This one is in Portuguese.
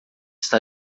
está